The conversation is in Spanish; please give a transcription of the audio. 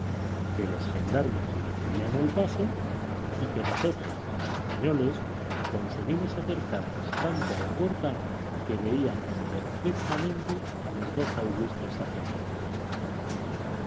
que los gendarmes le impedían el paso y que nosotros los españoles conseguimos acercarnos tanto a la puerta que veíamos perfectamente a los dos augustos sacerdotes